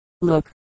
look